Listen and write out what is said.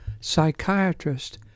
Psychiatrist